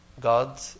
God